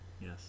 Yes